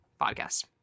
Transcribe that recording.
podcast